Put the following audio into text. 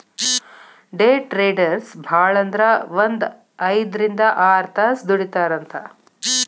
ಡೆ traders ಭಾಳಂದ್ರ ಒಂದ್ ಐದ್ರಿಂದ್ ಆರ್ತಾಸ್ ದುಡಿತಾರಂತ್